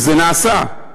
וזה נעשה,